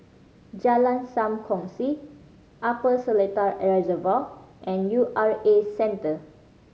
Jalan Sam Kongsi Upper Seletar Reservoir and U R A Centre